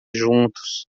juntos